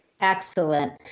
Excellent